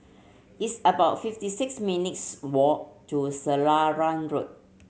it's about fifty six minutes' walk to Selarang Road